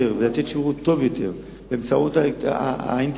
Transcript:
ולתת שירות טוב יותר באמצעות האינטרנט